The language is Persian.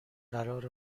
قرار